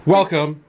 Welcome